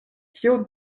kio